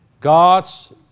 God's